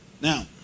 Now